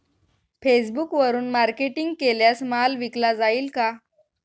फेसबुकवरुन मार्केटिंग केल्यास माल विकला जाईल का?